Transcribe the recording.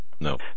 No